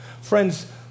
Friends